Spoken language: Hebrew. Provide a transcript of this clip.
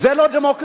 זה לא דמוקרטי?